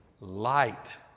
light